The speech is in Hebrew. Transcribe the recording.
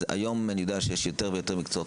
היום אני יודע שיש יותר ויותר מקצועות